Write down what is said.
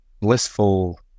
blissful